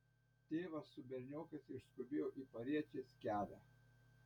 tėvas su berniokais išskubėjo į pariečės kelią